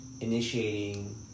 initiating